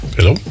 Hello